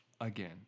again